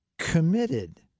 Committed